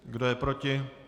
Kdo je proti?